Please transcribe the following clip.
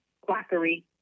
quackery